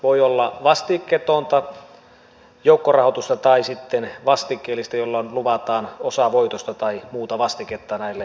voi olla vastikkeetonta joukkorahoitusta tai sitten vastikkeellista jolloin luvataan osa voitosta tai muuta vastiketta näille rahoittajille